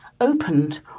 opened